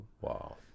Wow